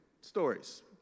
stories